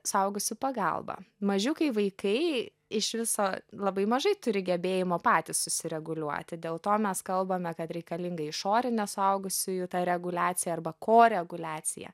suaugusių pagalba mažiukai vaikai iš viso labai mažai turi gebėjimo patys susireguliuoti dėl to mes kalbame kad reikalinga išorinė suaugusiųjų ta reguliacija arba koreguliacija